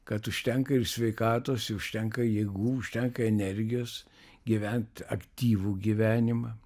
kad užtenka ir sveikatos i užtenka jėgų užteko energijos gyvent aktyvų gyvenimą